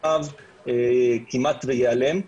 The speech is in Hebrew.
כמעט וייעלם.